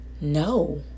no